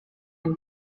and